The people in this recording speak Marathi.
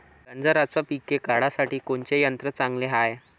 गांजराचं पिके काढासाठी कोनचे यंत्र चांगले हाय?